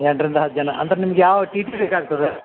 ಎಂಟರಿಂದ ಹತ್ತು ಜನ ಅಂದ್ರೆ ನಿಮ್ಗೆ ಯಾವ ಟಿ ಟಿ ಬೇಕಾಗ್ತದೆ